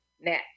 net